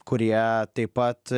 kurie taip pat